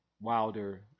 Wilder